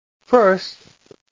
First